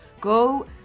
go